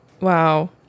Wow